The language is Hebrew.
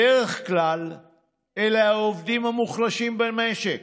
בדרך כלל אלה העובדים המוחלשים במשק.